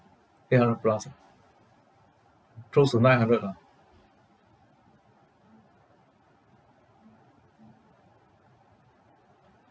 eight hundred plus ah close to nine hundred ah